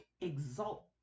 exalt